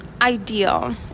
ideal